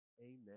Amen